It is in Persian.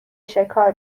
شکار